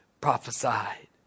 prophesied